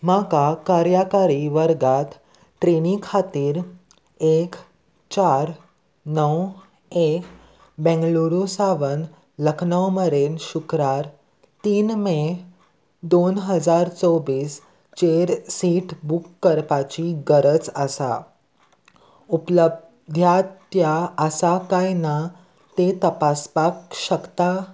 म्हाका कार्यकारी वर्गांत ट्रेनी खातीर एक चार णव एक बेंगलुरु सावन लखनव मेरेन शुक्रार तीन मे दोन हजार चोवीस चेर सीट बूक करपाची गरज आसा उपलब्यात्या आसा काय ना तें तपासपाक शकता